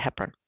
heparin